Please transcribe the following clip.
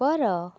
ଉପର